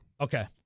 Okay